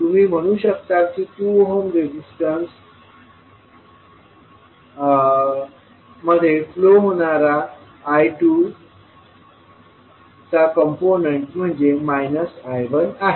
तुम्ही म्हणू शकता की 2 ओहम रेजिस्टन्स मध्ये फ्लो होणारा I2चा कंपोनेंट म्हणजे I1आहे